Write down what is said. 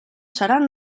seran